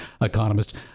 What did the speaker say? economist